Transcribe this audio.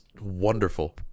wonderful